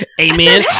Amen